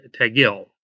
Tagil